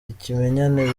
ikimenyane